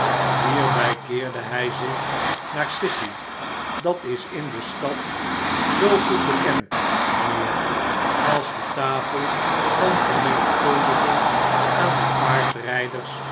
hierbij keerde hij zich naar sissy dat is in de stad zoo goed bekend mijnheer als de tafel van vermenigvuldiging aan de